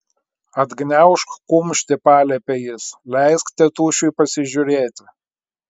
atgniaužk kumštį paliepė jis leisk tėtušiui pasižiūrėti